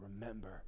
remember